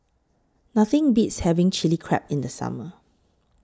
Nothing Beats having Chilli Crab in The Summer